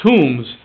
tombs